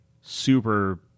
super